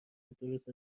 درست